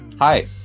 Hi